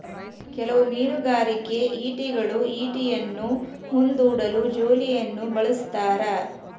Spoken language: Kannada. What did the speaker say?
ಕೆಲವು ಮೀನುಗಾರಿಕೆ ಈಟಿಗಳು ಈಟಿಯನ್ನು ಮುಂದೂಡಲು ಜೋಲಿಯನ್ನು ಬಳಸ್ತಾರ